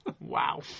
Wow